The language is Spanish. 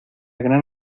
gran